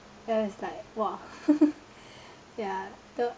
I was like !wah! ya tho~